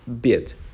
bit